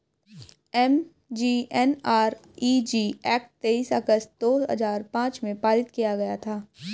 MGNREG act तेईस अगस्त दो हजार पांच में पारित किया गया था